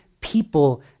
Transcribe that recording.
people